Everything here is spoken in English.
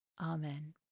Amen